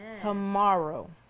Tomorrow